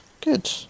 Good